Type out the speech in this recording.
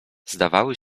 zdawały